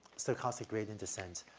stochastic gradient descent,